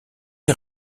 est